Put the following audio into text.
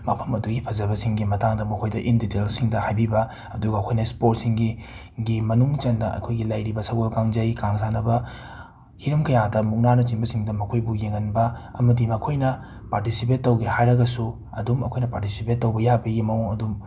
ꯃꯐꯝ ꯑꯗꯨꯒꯤ ꯐꯖꯕꯁꯤꯡꯒꯤ ꯃꯇꯥꯡꯗ ꯃꯈꯣꯏꯗ ꯏꯟꯗꯤꯇꯦꯜꯁꯤꯡꯗ ꯍꯥꯏꯕꯤꯕ ꯑꯗꯨꯒ ꯑꯩꯈꯣꯏꯅ ꯏꯁꯄꯣꯔꯠꯁꯤꯡꯒꯤ ꯒꯤ ꯃꯅꯨꯡ ꯆꯟꯅ ꯑꯩꯈꯣꯏꯒꯤ ꯂꯩꯔꯤꯕ ꯁꯒꯣꯜ ꯀꯥꯡꯖꯩ ꯀꯥꯡ ꯁꯥꯟꯅꯕ ꯍꯤꯔꯝ ꯀꯌꯥꯗ ꯃꯨꯛꯅꯥꯅꯆꯤꯡꯕꯁꯤꯡꯗ ꯃꯈꯣꯏꯕꯨ ꯌꯦꯡꯍꯟꯕ ꯑꯃꯗꯤ ꯃꯈꯣꯏꯅ ꯄꯥꯔꯇꯤꯁꯤꯄꯦꯠ ꯇꯧꯒꯦ ꯍꯥꯏꯔꯒꯁꯨ ꯑꯗꯨꯝ ꯑꯩꯈꯣꯏꯅ ꯄꯥꯔꯇꯤꯁꯤꯄꯦꯠ ꯇꯧꯕ ꯌꯥꯕꯒꯤ ꯃꯑꯣꯡ ꯑꯗꯨꯝ